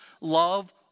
love